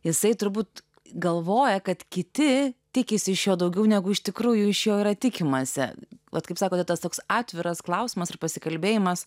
jisai turbūt galvoja kad kiti tikisi iš jo daugiau negu iš tikrųjų iš jo yra tikimasi kad kaip sakote tas toks atviras klausimas ar pasikalbėjimas